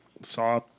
saw